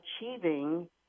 achieving